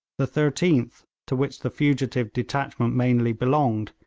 the thirteenth, to which the fugitive detachment mainly belonged,